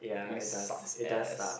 ya it does it does suck